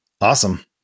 Awesome